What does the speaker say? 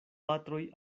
patroj